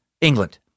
England